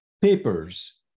papers